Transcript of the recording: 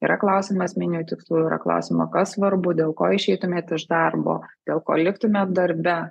yra klausiama esminių tikslų yra klausiama kas svarbu dėl ko išeitumėt iš darbo dėl ko liktumėt darbe